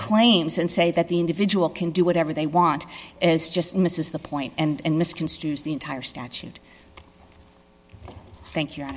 claims and say that the individual can do whatever they want is just misses the point and misconstrues the entire statute thank you